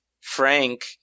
Frank